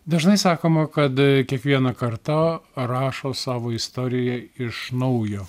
dažnai sakoma kad kiekviena karta rašo savo istoriją iš naujo